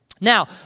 Now